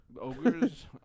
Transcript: Ogres